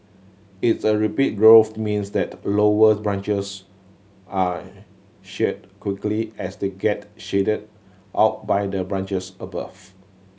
its a rapid growth means that lower branches are shed quickly as they get shaded out by the branches above